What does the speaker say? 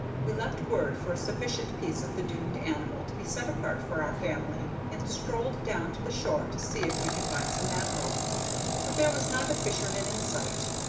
we left word for a sufficient piece of the doomed animal to be set apart for our family, and strolled down to the shore to see if we could find some mackerel but there was not a fisherman in sight,